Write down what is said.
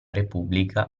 repubblica